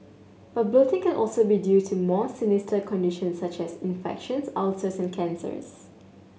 but bloating can also be due to more sinister conditions such as infections ulcers and cancers